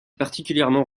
particulièrement